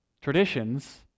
Traditions